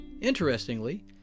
Interestingly